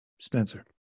Spencer